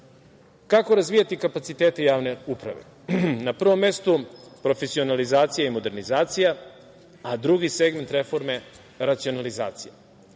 razvijati kapacitete javne uprave? Na prvom mestu profesionalizacija i modernizacija, a drugi segment reforme – racionalizacija. Kada